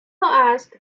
ask